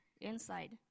inside